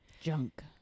Junk